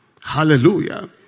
Hallelujah